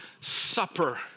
supper